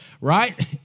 right